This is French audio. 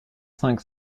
cinq